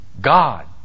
God